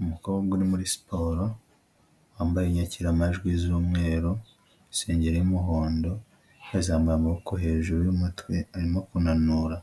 Umukobwa uri muri siporo, wambaye inyakiramajwi z'umweru, isengeri y'umuhondo, yazamuye amaboko hejuru y'umutwe arimo kunanura